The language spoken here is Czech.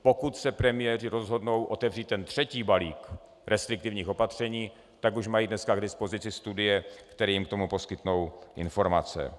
Pokud se premiéři rozhodnou otevřít třetí balík restriktivních opatření, tak už mají dneska k dispozici studie, které jim k tomu poskytnou informace.